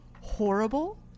horrible